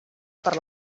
per